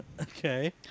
Okay